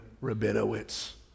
Rabinowitz